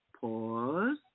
Pause